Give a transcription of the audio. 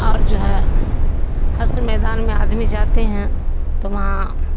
اور جو ہے حشر میدان میں آدمی جاتے ہیں تو وہاں